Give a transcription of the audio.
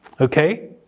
Okay